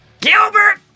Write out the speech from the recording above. Gilbert